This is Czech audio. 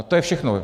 To je všechno.